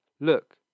look